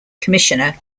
commissioner